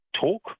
talk